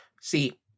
see